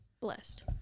blessed